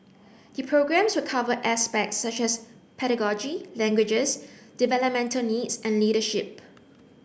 the programmes will cover aspects such as pedagogy languages developmental needs and leadership